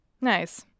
Nice